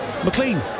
McLean